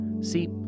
See